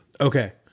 Okay